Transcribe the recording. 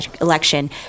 election